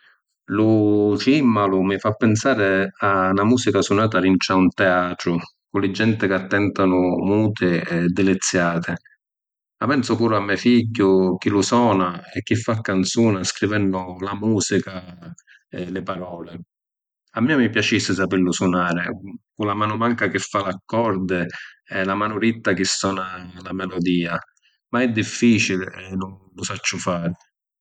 Lu cìmmalu mi fa pinsari a na musica sunata dintra un teatru cu li genti c’attentanu muti e diliziati. Ma pensu puru a me’ figghiu chi lu sona e chi fa canzuna scrivennu la musica e li palori. A mia mi piacissi sapillu sunari, cu la manu manca chi fa l’accordi e la manu dritta chi sona la melodia, ma è difficili e nun lu sacciu fari.